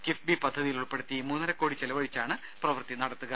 കിഫ്ബി പദ്ധതിയിൽ ഉൾപ്പെടുത്തി മൂന്നരക്കോടി ചെലവഴിച്ചാണ് പ്രവൃത്തി നടത്തുക